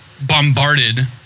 bombarded